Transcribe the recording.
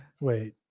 Wait